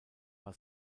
war